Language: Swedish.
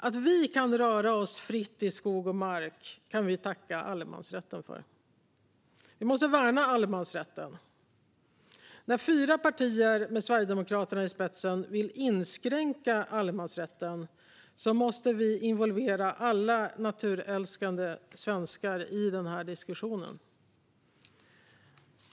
Att vi kan röra oss fritt i skog och mark kan vi tacka allemansrätten för. Vi måste värna allemansrätten. När fyra partier, med Sverigedemokraterna i spetsen, vill inskränka allemansrätten måste vi involvera alla naturälskande svenskar i denna diskussion.